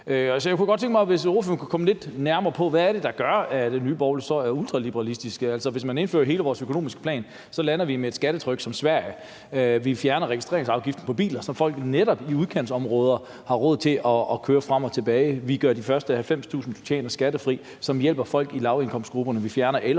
hvis ordføreren kunne komme lidt nærmere ind på, hvad det er, der gør, at Nye Borgerlige er ultraliberalistiske. Hvis man indførte hele vores økonomiske plan, lander vi på et skattetryk som det, de har i Sverige, og vi vil fjerne registreringsafgiften på biler, så netop folk i udkantsområder har råd til at køre frem og tilbage, og vi vil gøre de første 90.000 kr., som man tjener, skattefri, så vi hjælper folk i lavindkomstgrupperne.